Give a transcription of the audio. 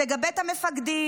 תגבה את המפקדים.